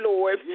Lord